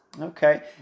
Okay